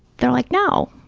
they're like, no,